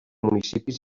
municipis